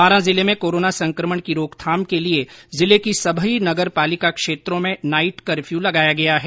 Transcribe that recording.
बारां जिले में कोरोना संकमण की रोकथाम के लिए जिले की सभी नगर पालिका क्षेत्रों में नाइट कफ्यू लगाया गया है